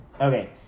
Okay